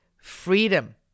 freedom